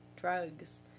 drugs